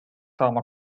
saama